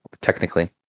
technically